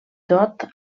tot